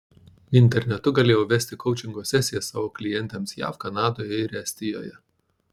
internetu galėjau vesti koučingo sesijas savo klientėms jav kanadoje ir estijoje